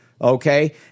Okay